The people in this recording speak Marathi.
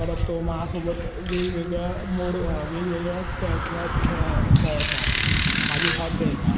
परत तो माझ्यासोबत वेगवेगळ्या मोड वेगवेगळ्या खे खेळात खेळा खेळायचा माझी साथ द्यायचा